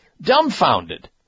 dumbfounded